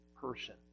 person